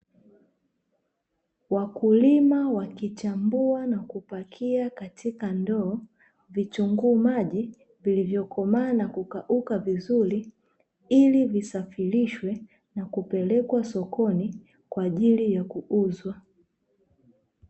Wakulima wakichambua na kupakia katika ndoo, vitunguu maji vilivyokomaa na kukauka vizuri ili visafirishwe na kupelekwa sokoni kwa ajili ya kuuzwa.